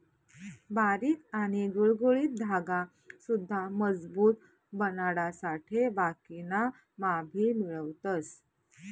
बारीक आणि गुळगुळीत धागा सुद्धा मजबूत बनाडासाठे बाकिना मा भी मिळवतस